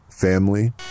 Family